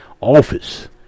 office